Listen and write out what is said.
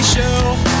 Show